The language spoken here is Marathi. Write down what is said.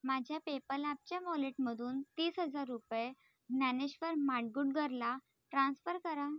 माझ्या पेपल ॲपच्या वॉलेटमधून तीस हजार रुपये ज्ञानेश्वर माडगूळकरला ट्रान्स्पर करा